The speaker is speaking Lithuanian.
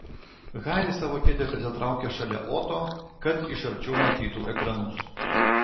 haris savo kėdę prisitraukė šalia oto kad iš arčiau matytų ekranus